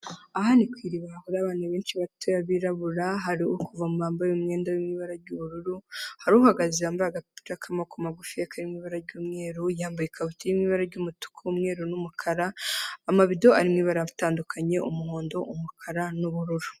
Aha ni kw’iriba, aho abantu benshi bato abirabura, hari uri kuvoma wambaye umwenda w'ibara ry'ubururu, hari uhagaze wambaye agapira kamaboko magufi k’ibara ry'umweru, yambaye ikabutura y'ibara ry'umutuku, umweru n'umukara n'amabido ari mw’ibara atandukanye umuhondo ,umukara n'ubururu.